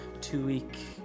two-week